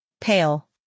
pale